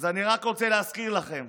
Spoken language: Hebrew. אז אני רק רוצה להזכיר לכם,